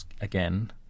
again